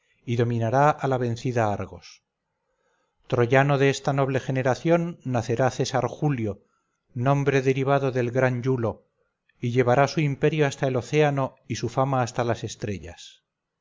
a la vencida argos troyano de esta noble generación nacerá césar julio nombre derivado del gran iulo y llevará su imperio hasta el océano y su fama hasta las estrellas